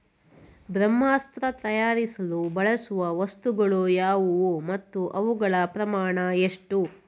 ಬ್ರಹ್ಮಾಸ್ತ್ರ ತಯಾರಿಸಲು ಬಳಸುವ ವಸ್ತುಗಳು ಯಾವುವು ಮತ್ತು ಅವುಗಳ ಪ್ರಮಾಣ ಎಷ್ಟು?